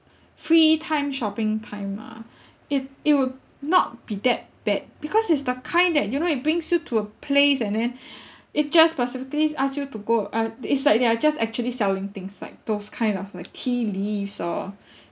free time shopping time ah it it would not be that bad because it's the kind that you know it brings you to a place and then it just specifically ask you to go uh it's like they're just actually selling things like those kind of like tea leaves or